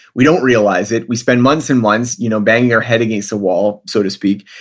we don't realize it. we spend months and months you know banging our head against the wall so to speak,